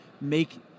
make